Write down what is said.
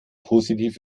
positiv